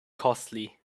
costly